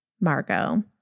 Margot